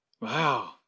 Wow